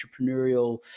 entrepreneurial